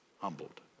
Humbled